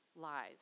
lies